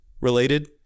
related